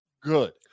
good